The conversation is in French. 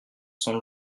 sans